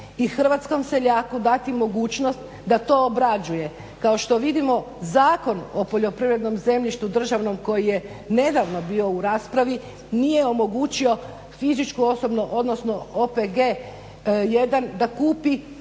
i hrvatskom seljaku dati mogućnost da to obrađuje. Kao što vidimo Zakon o poljoprivrednom zemljištu državnom koji je nedavno bio u raspravi nije omogućio fizičku osobu, odnosno OPG jedan da kupi